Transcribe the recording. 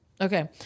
Okay